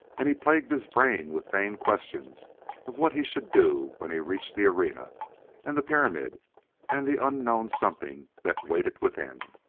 and he plagued his brain with vain questions of what he should do when he reached the arena and the pyramid and the unknown something that waited within,